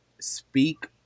speak